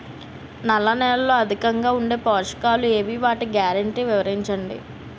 నల్ల నేలలో అధికంగా ఉండే పోషకాలు ఏవి? వాటి గ్యారంటీ వివరించండి?